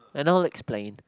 and I'll explain